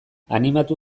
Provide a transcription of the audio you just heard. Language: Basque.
animatu